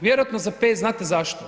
Vjerojatno za 5, znate zašto?